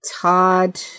Todd